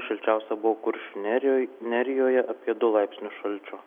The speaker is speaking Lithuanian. šilčiausia buvo kuršių nerijoj nerijoje apie du laipsnius šalčio